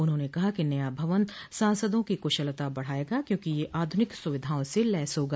उन्होंने कहा कि नया भवन सांसदों की कुशलता बढ़ाएगा क्योंकि यह आधुनिक सुविधाओं से लैस होगा